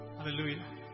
Hallelujah